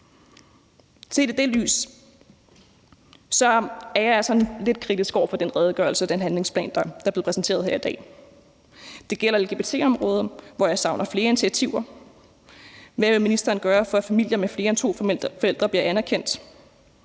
i det lys er jeg altså lidt kritisk over for den redegørelse og den handlingsplan, der er blevet præsenteret her i dag. Det gælder lgbt-området, hvor jeg savner flere initiativer. Hvad vil ministeren gøre for, at familier med flere end to forældre bliver anerkendt?